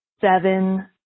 seven